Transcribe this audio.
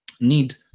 need